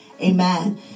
Amen